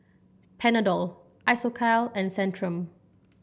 Panadol Isocal and Centrum